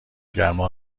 گرما